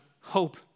hope